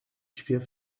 śpiew